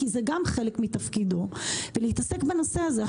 כי זה גם חלק מתפקידו ולהתעסק בנושא הזה.